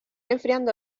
enfriando